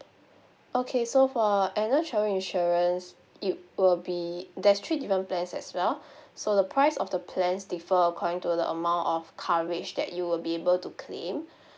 okay so for annual travel insurance it will be there's three different plans as well so the price of the plans differ according to the amount of coverage that you will be able to claim